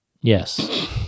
Yes